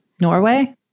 Norway